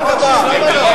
חוץ וביטחון.